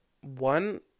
one